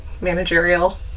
managerial